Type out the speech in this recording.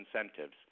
incentives